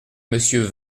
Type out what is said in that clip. monsieur